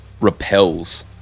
repels